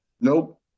Nope